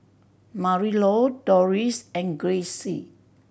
Marilou Dorris and Grayce